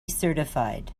certified